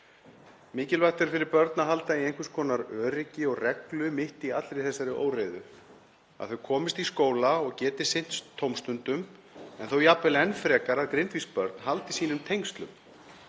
Mikilvægt er fyrir börn að halda í einhvers konar öryggi og reglu mitt í allri þessari óreiðu, að þau komist í skóla og geti sinnt tómstundum en þó jafnvel enn frekar að grindvísk börn haldi sínum tengslum,